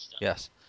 Yes